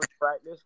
practice